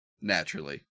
naturally